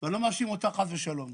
אני לא מאשים אותך חס ושלום.